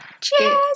Cheers